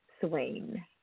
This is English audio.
Swain